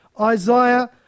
Isaiah